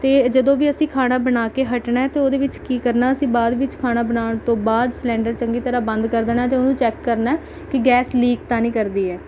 ਅਤੇ ਜਦੋਂ ਵੀ ਅਸੀਂ ਖਾਣਾ ਬਣਾ ਕੇ ਹਟਣਾ ਹੈ ਅਤੇ ਉਹਦੇ ਵਿੱਚ ਕੀ ਕਰਨਾ ਅਸੀਂ ਬਾਅਦ ਵਿੱਚ ਖਾਣਾ ਬਣਾਉਣ ਤੋੋਂ ਬਾਅਦ ਸਿਲੰਡਰ ਚੰਗੀ ਤਰ੍ਹਾਂ ਬੰਦ ਕਰ ਦੇਣਾ ਅਤੇ ਉਹਨੂੰ ਚੈੱਕ ਕਰਨਾ ਕਿ ਗੈਸ ਲੀਕ ਤਾਂ ਨਹੀਂ ਕਰਦੀ ਹੈ